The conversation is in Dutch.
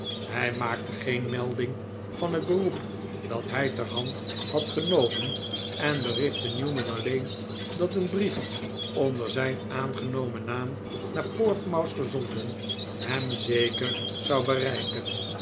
hij maakte geen melding van het beroep dat hij t'er hand had genomen en berichtte newman alleen dat een brief onder zijn aangenomen naam naar portsmouth gezonden hem zeker zou bereiken